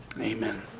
Amen